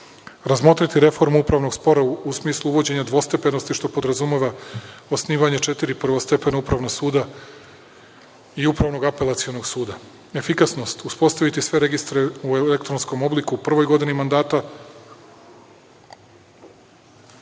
Razmotriti reformu upravnog spora u smislu uvođenja dvostepenosti, što podrazumeva osnivanje četiri prvostepena upravna suda i upravnog apelacionog suda. Efikasnost. Uspostaviti sve registre u elektronskom obliku. U prvoj godini mandata